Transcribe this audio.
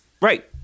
Right